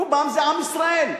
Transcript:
רובם זה עם ישראל.